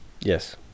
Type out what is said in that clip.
Yes